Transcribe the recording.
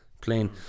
plain